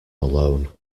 alone